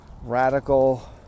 radical